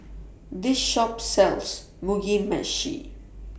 This Shop sells Mugi Meshi